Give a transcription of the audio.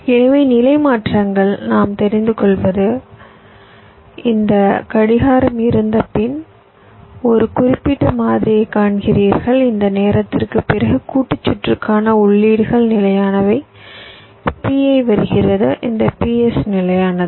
எனவே நிலை மாற்றங்களால் நாம் தெரிந்துகொள்வது இந்த கடிகாரம் இருந்தபின் ஒரு குறிப்பிட்ட மாதிரியை காண்கிறீர்கள் இந்த நேரத்திற்குப் பிறகு கூட்டு சுற்றுக்கான உள்ளீடுகள் நிலையானவை PI வருகிறது இந்த PS நிலையானது